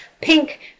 pink